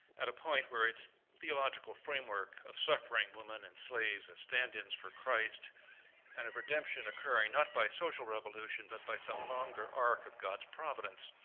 at a point where it's theological framework of suffering women and slaves as stand-ins for christ and of redemption occurring not by social revolution but by some longer arc of god's providence,